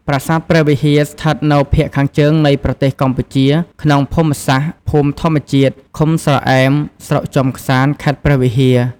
ប្រាសាទព្រះវិហារ ស្ថិតនៅភាគខាងជើងនៃប្រទេសកម្ពុជាក្នុងភូមិសាស្ត្រ ភូមិធម្មជាតិ ឃុំស្រអែម ស្រុកជាំក្សាន្ត ខេត្តព្រះវិហារ។